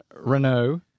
Renault